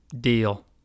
deal